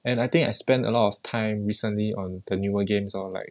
and I think I spend a lot of time recently on the newer games or like